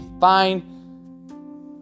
fine